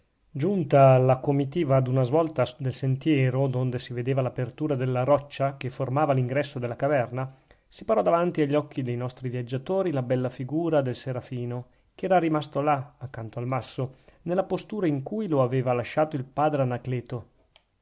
giunta la comitiva ad una svolta del sentiero d'onde si vedeva l'apertura della roccia che formava l'ingresso della caverna si parò davanti agli occhi dei nostri viaggiatori la bella figura del serafino che era rimasto là accanto al masso nella postura in cui lo aveva lasciato il padre anacleto